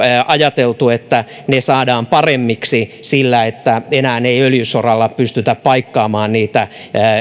ajateltu että ne saadaan paremmiksi sillä että enää ei öljysoralla pystytä paikkaamaan niitä